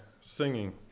singing